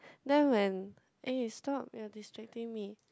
then when eh stop you are distracting me